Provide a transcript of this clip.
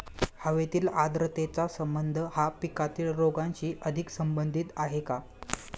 हवेतील आर्द्रतेचा संबंध हा पिकातील रोगांशी अधिक संबंधित आहे का?